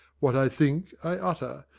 what i think i utter,